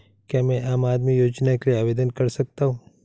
क्या मैं आम आदमी योजना के लिए आवेदन कर सकता हूँ?